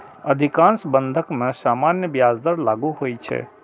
अधिकांश बंधक मे सामान्य ब्याज दर लागू होइ छै